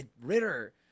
Ritter